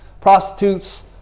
prostitutes